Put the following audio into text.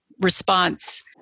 response